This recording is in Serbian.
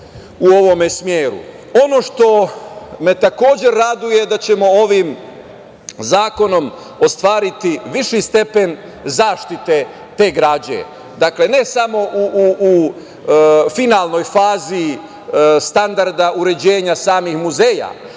što me takođe raduje, da ćemo ovim zakonom ostvariti viši stepen zaštite te građe, ne samo u finalnoj fazi standarda uređenja samih muzeja,